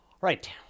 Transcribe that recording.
Right